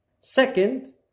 Second